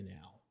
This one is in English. Now